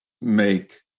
make